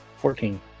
Fourteen